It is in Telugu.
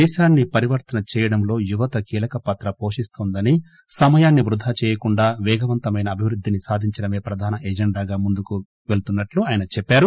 దేశాన్ని పరివర్తన చేయడంలో యువత కీలక పాత్ర పోషిస్తోందని సమయాన్ని వృదా చేయకుండా వేగవంతమైన అభివృద్దిని సాధించడమే ప్రధాన ఎజెండాగా ముందుకు పెలుతున్నట్లు ఆయన చెప్పారు